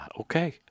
okay